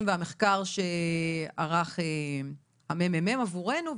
של המחקר שערך הממ"מ עבורנו,